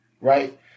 Right